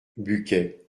bucquet